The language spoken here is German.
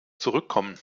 zurückkommen